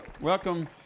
Welcome